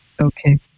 Okay